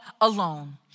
alone